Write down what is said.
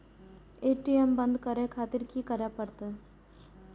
ATM बंद करें खातिर की करें परतें?